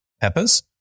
peppers